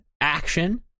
action